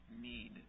need